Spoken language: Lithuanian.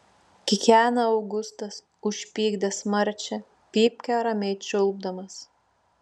kikena augustas užpykdęs marčią pypkę ramiai čiulpdamas